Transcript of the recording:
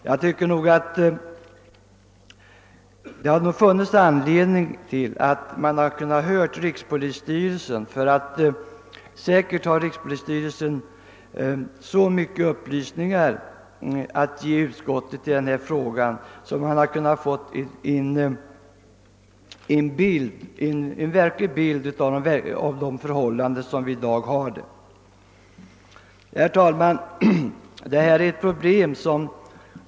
Jag tycker nog att det hade funnits anledning att höra rikspolisstyrelsen — säkert har rikspolisstyrelsen så många upplysningar att ge utskottet i den här frågan, att man kunnat få en bild av de verkliga förhållandena i dag. Herr talman!